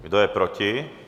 Kdo je proti?